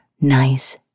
nice